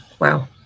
Wow